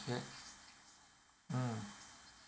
heard mm